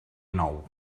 nou